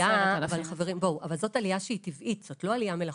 אבל זאת עלייה טבעית, לא עלייה מלאכותית.